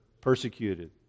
Persecuted